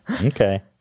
Okay